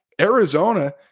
Arizona